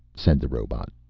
said the robot.